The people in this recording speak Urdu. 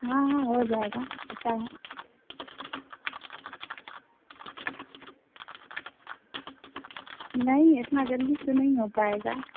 آئی فون فورٹین جو ہے ہمارے پاس آئی فون فورٹین بھی ہے اس کے جو فیچرس اس کے یہ ہیں کہ سکس پوائنٹ ون انچ کا اس کا ڈسپلے پڑے گا اس کا اور جو